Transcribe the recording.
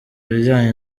bijyanye